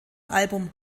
album